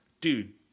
Dude